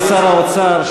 אדוני שר האוצר,